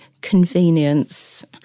convenience